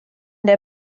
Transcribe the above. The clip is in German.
der